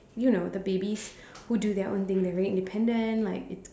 you know the babies who do their own thing they're very independent like it